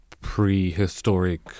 prehistoric